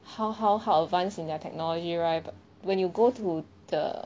how how how advanced in their technology right when you go to the